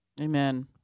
Amen